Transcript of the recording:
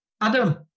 Adam